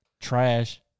trash